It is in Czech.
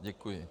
Děkuji.